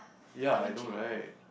ya I know right